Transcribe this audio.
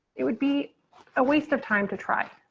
it would be a waste of time to try